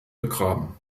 begraben